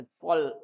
Fall